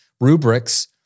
rubrics